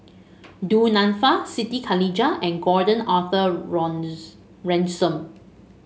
Du Nanfa Siti Khalijah and Gordon Arthur Ransome